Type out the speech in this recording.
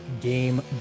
Game